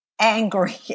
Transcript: angry